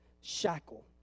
shackle